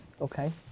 Okay